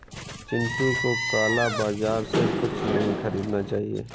चिंटू को काला बाजार से कुछ नहीं खरीदना चाहिए